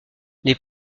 les